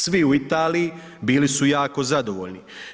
Svi u Italiji bili su jako zadovoljni.